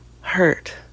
hurt